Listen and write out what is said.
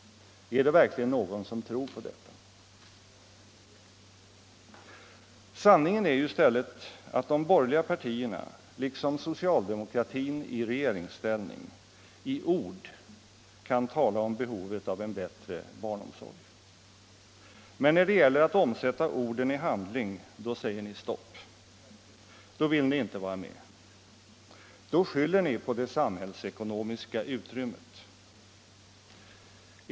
Är det verkligen någon som tror på detta? Sanningen är ju i stället att de borgerliga partierna liksom socialdemokratin i regeringsställning i ord kan tala om behovet av en bättre barnomsorg. Men när det gäller att omsätta orden i handling då säger ni stopp. Då vill ni inte vara med. Då skyller ni på ”det samhällsekonomiska utrymmet”.